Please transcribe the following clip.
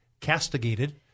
castigated